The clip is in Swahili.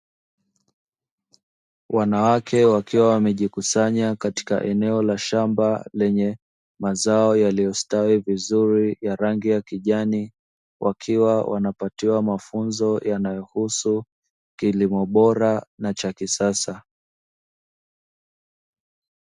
Wanawake wakiwa wamejikusanya katika eneo la shamba lenye mazao yaliyostawi vizuri ya rangi ya kijani, wakiwa wanapatiwa mafunzo yanayohusu kilimo bora na cha kisasa.